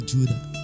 Judah